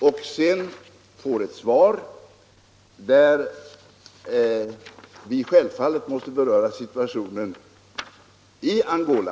I svaret måste självfallet beröras situationen i Angola.